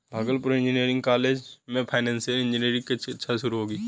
Bhagalpur engineering college में financial engineering की कक्षा शुरू होगी